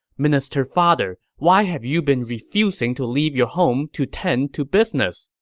minister father, why have you been refusing to leave your home to tend to business?